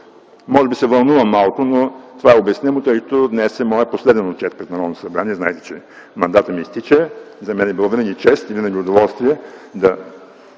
Може би се вълнувам малко, но това е обяснимо, тъй като днес е моят последен отчет пред Народното събрание. Знаете, че мандатът ми изтича, за мен е било винаги чест и удоволствие да